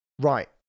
Right